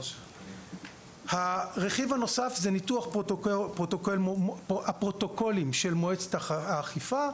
הרכיב הנוסף הוא ניתוח הפרוטוקולים של מועצת האכיפה,